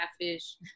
Catfish